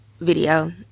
video